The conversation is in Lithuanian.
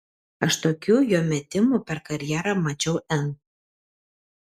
aš tokių jo metimų per karjerą mačiau n